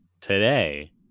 today